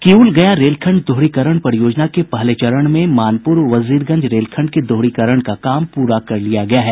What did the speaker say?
किऊल गया रेलखंड दोहरीकरण परियोजना के पहले चरण में मानपुर वजीरगंज रेलखंड के दोहरीकरण का काम पूरा कर लिया गया है